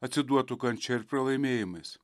atsiduotų kančia ir pralaimėjimais